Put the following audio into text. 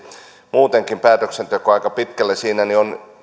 muutenkin päätöksentekoa aika pitkälle on